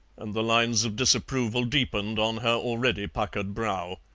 and the lines of disapproval deepened on her already puckered brow.